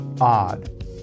odd